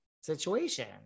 situation